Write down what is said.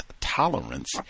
tolerance